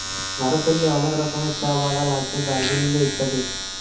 ভারতেল্লে অলেক রকমের চাঁ বাগাল আছে দার্জিলিংয়ে ইত্যাদি